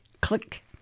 Click